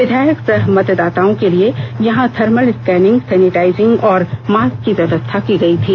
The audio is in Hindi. विधायक सह मतदाताओं के लिए यहां थर्मल स्कैनिंग सैनिटाइजिंग और मास्क की व्यवस्था की गई थी